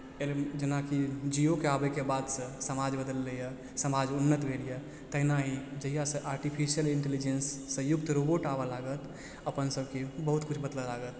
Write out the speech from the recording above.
L जेनाकि जिओके आबैके बादसँ समाज बदललै यऽ समाज उन्नत भेल यऽ तहिना ही जहियासँ आर्टिफिशियल इंटेलिजेंससँ युक्त रोबोट आबऽ लागत अपन सभके बहुत किछु बदलऽ लागत